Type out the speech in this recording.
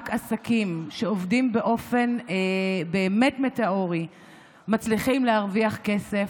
רק עסקים שעובדים באופן באמת מטאורי מצליחים להרוויח כסף.